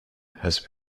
has